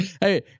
Hey